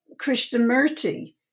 Krishnamurti